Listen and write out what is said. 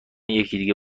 دیگه